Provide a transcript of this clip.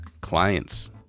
clients